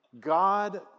God